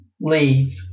leads